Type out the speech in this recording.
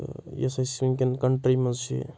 تہٕ یۄس اَسہِ وٕنکؠن کَنٹری منٛز چھِ